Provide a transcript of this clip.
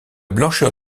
blancheur